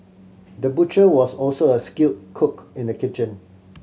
the butcher was also a skilled cook in the kitchen